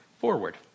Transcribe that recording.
forward